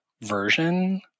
version